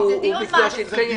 אנחנו